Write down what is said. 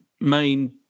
main